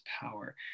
power